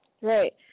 Right